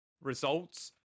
results